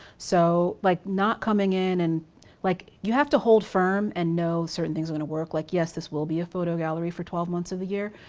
so like not coming in and like you have to hold firm and know certain things are gonna work. like yes, this will be a photo gallery for twelve months of the year.